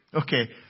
Okay